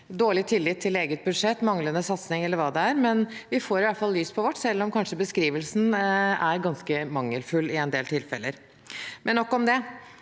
dårlig tillit til eget budsjett, manglende satsing eller hva det er, men vi får i hvert fall lys på vårt, selv om beskrivelsen kanskje er ganske mangelfull i en del tilfeller. Nok om det.